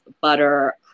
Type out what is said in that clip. butter